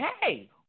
hey